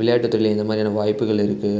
விளையாட்டுத் துறையில் இந்தமாதிரியான வாய்ப்புகள் இருக்குது